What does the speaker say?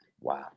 Wow